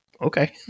Okay